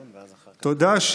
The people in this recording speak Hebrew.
תודה.